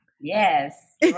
Yes